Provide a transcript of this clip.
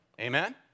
Amen